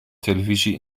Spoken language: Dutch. televisie